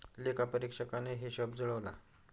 लेखापरीक्षकाने हिशेब जुळवला